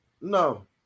No